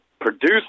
produce